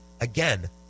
Again